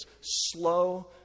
slow